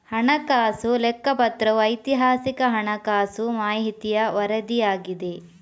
ಹಣಕಾಸು ಲೆಕ್ಕಪತ್ರವು ಐತಿಹಾಸಿಕ ಹಣಕಾಸು ಮಾಹಿತಿಯ ವರದಿಯಾಗಿದೆ